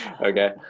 Okay